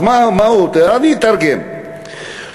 אני אתרגם,